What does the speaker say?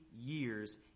years